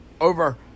over